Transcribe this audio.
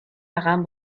رقم